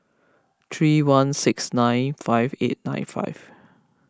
three one six nine five eight nine five